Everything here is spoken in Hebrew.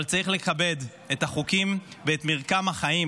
אבל צריך לכבד את החוקים ואת מרקם החיים